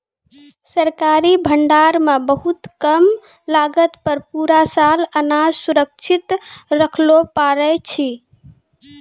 सरकारी भंडार मॅ बहुत कम लागत पर पूरा साल अनाज सुरक्षित रक्खैलॅ पारै छीं